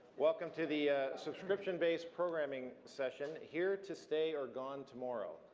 welcome to the subscription based programming session here to stay or gone tomorrow?